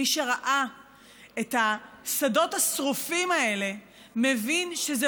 מי שראה את השדות השרופים האלה מבין שזה